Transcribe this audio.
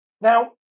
Now